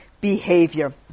behavior